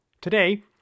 Today